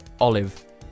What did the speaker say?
Olive